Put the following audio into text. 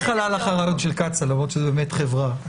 עלה לך בראש קצ"א למרות שהיא באמת חברה?